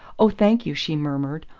oh, thank you, she murmured,